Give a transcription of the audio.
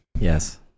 Yes